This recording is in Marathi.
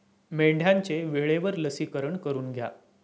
मेंढ्यांचे वेळेवर लसीकरण करून घ्या